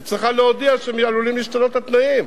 היא צריכה להודיע שעלולים להשתנות התנאים.